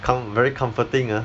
com~ very comforting ah